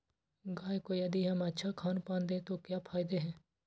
गाय को यदि हम अच्छा खानपान दें तो क्या फायदे हैं?